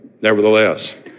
nevertheless